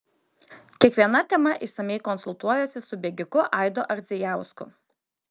kiekviena tema išsamiai konsultuojuosi su bėgiku aidu ardzijausku